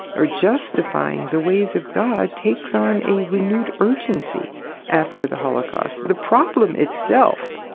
or justifying the ways of god, takes on a renewed urgency after the holocaust. the problem itself,